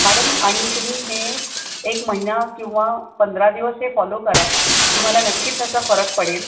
madam आणि तुम्ही हे एक महिना किंवा पंधरा दिवस हे फॉलो करा तुम्हाला नक्कीच ह्याचा फरक पडेल